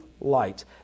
light